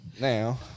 now